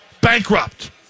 Bankrupt